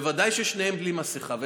בוודאי כששניהם בלי מסכה.